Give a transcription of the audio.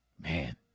man